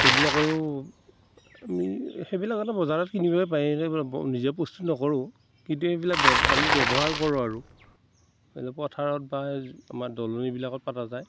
এইবিলাকৰো আমি সেইবিলাক সাধাৰণতে বজাৰত কিনিব পায়েই এইবিলাক নিজে প্ৰস্তুত নকৰোঁ কিন্তু এইবিলাক আমি ব্যৱহাৰ কৰোঁ আৰু পথাৰত বা আমাৰ দলনিবিলাকত পতা যায়